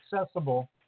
accessible